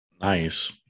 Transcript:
Nice